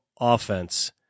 offense